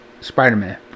Spider-Man